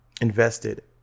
invested